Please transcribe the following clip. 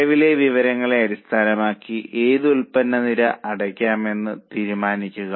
നിലവിലെ വിവരങ്ങളെ അടിസ്ഥാനമാക്കി ഏത് ഉൽപ്പന്ന നിര അടയ്ക്കാമെന്ന് തീരുമാനിക്കുക